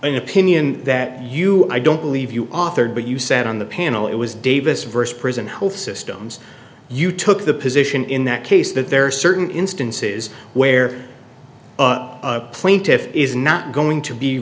an opinion that you i don't believe you authored but you said on the panel it was davis verse prison health systems you took the position in that case that there are certain instances where plaintiff is not going to be